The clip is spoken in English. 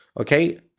okay